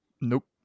Nope